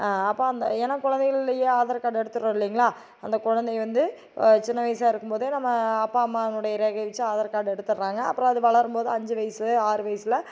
அப்போ அந்த ஏனால் கொழந்தைகள்லையே ஆதார் கார்டு எடுத்துடறோம் இல்லைங்களா அந்த கொழந்தை வந்து சின்ன வயசா இருக்கும்போதே நம்ம அப்பா அம்மானுடைய ரேகையை வெச்சு ஆதார் கார்டு எடுத்துடறாங்க அப்புறம் அது வளரும்போது அஞ்சு வயசு ஆறு வயசுல